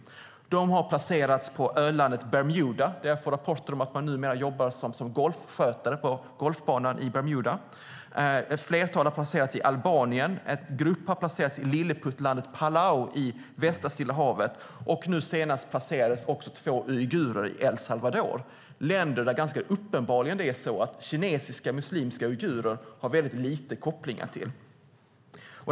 De har placerats i ölandet Bermuda; jag får rapporter om att de numera jobbar som golfskötare på golfbanan i Bermuda. Ett flertal har placerats i Albanien. En grupp har placerats i lilleputtlandet Palau i västra Stilla havet. Nu senast placerades två uigurer i El Salvador. Det är ganska uppenbart att kinesiska muslimska uigurer har få kopplingar till dessa länder.